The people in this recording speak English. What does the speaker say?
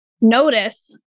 Notice